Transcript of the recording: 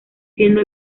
siendo